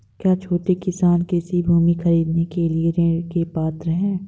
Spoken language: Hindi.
क्या छोटे किसान कृषि भूमि खरीदने के लिए ऋण के पात्र हैं?